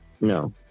No